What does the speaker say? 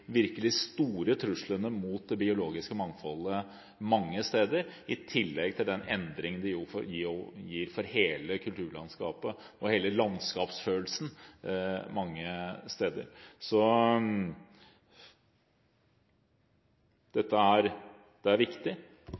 virkelig store truslene mot det biologiske mangfoldet mange steder, i tillegg til den endring det gir for hele kulturlandskapet og hele landskapsfølelsen mange steder. Så dette er viktig. Og selv om vi ikke får flertall nå, er